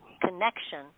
connection